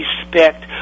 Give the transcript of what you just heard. respect